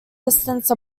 distance